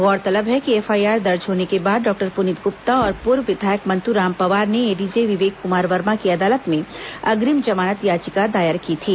गौरतलब है कि एफआईआर दर्ज होने के बाद डॉक्टर पुनीत गुप्ता और पूर्व विधायक मंतूराम पवार ने एडीजे विवेक कुमार वर्मा की अदालत में अग्रिम जमानत याचिका दायर की थी